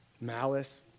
malice